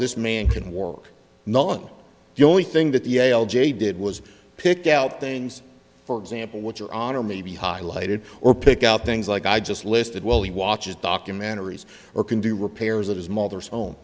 this man can work not the only thing that the l j did was pick out things for example which your honor may be highlighted or pick out things like i just listed well he watches documentaries or can do repairs at his mother's home